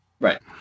Right